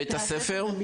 בית הספר?